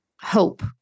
hope